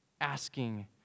asking